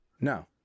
No